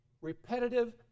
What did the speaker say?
repetitive